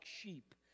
sheep